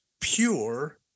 pure